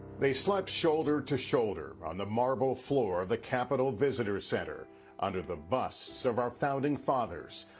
they slept shoulder to shoulder on the marble floor of the capitol visitors center under the bus of our founding fathers.